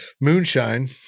Moonshine